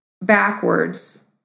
backwards